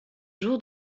jour